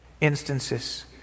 instances